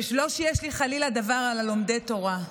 ולא שיש לי חלילה דבר על לומדי התורה.